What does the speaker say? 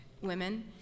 women